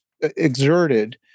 exerted